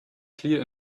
clear